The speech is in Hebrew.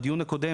בדיון הקודם